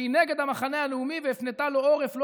שהיא נגד המחנה הלאומי והפנתה לו עורף,